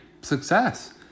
success